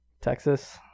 Texas